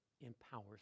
empowers